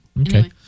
Okay